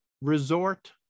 resort